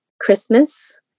Christmas